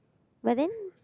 but then